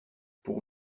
pour